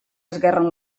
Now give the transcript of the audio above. esguerren